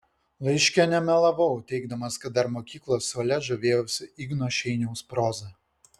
laiške nemelavau teigdamas kad dar mokyklos suole žavėjausi igno šeiniaus proza